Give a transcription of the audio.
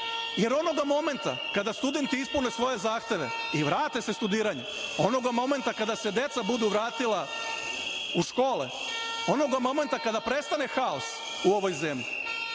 jer onoga momenta kada studenti ispune svoje zahteve i vrate se studiranju, onoga momenta kada se deca budu vratila u škole, onoga momenta kada prestane haos u ovoj zemlji,